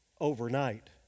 overnight